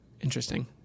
interesting